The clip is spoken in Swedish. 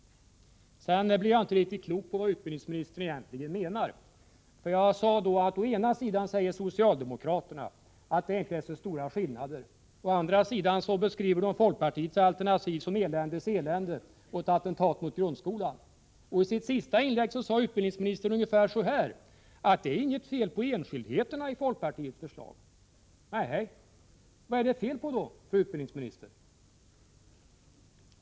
Jag blir inte riktigt klok på vad utbildningsministern egentligen menar. Jag framhöll att socialdemokraterna å ena sidan påstår att det inte är så stora skillnader men å andra sidan beskriver folkpartiets alternativ som ett eländes elände och ett attentat mot grundskolan. I sitt senaste inlägg sade utbildningsministern ungefär så här: Det är inget fel på enskildheterna i folkpartiets förslag. Vad är det då som är fel, utbildningsministern?